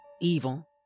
evil